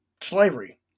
slavery